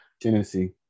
Tennessee